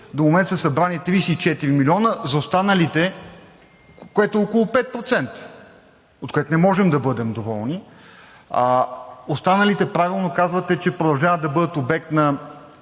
до момента са събрани 34 милиона, което е около 5%, от което не можем да бъдем доволни. Останалите правилно казвате, че продължават да бъдат обект на